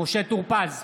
משה טור פז,